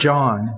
John